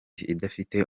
idafite